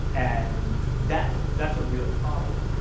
and that's that's a real problem.